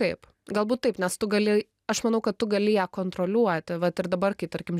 taip galbūt taip nes tu gali aš manau kad tu gali ją kontroliuoti vat ir dabar kai tarkim